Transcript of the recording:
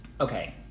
Okay